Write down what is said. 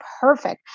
perfect